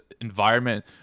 environment